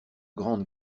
grande